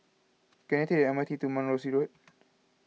can I take the M R T to Mount Rosie Road